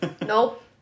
Nope